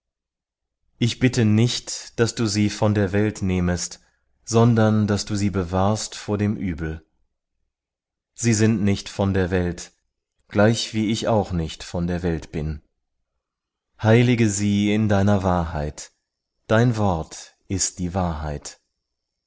ich bitte nicht daß du sie von der welt nehmest sondern daß du sie bewahrst vor dem übel sie sind nicht von der welt gleichwie ich auch nicht von der welt bin heilige sie in deiner wahrheit dein wort ist die wahrheit